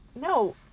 no